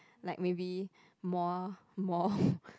like maybe more more